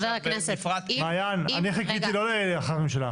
אני חיכיתי לא להכרעת ממשלה,